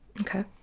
Okay